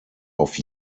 auf